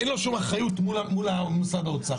שאין לו שום אחריות מול משרד האוצר.